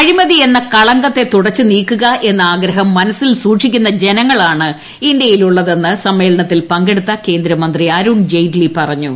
അഴിമതി എന്ന കളങ്കത്തെ തുടച്ചു നീക്കുക എന്ന ആഗ്രഹം മനസിൽ സൂക്ഷിക്കുന്ന ജനങ്ങളാണ് ഇന്ത്യയിലുള്ളതെന്ന് സമ്മേളനത്തിൽ പങ്കെടുത്ത കേന്ദ്ര ധനമന്ത്രി അരുൺ ജെയ്റ്റലി പറഞ്ഞു